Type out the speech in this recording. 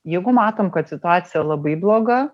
jeigu matom kad situacija labai bloga